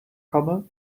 komme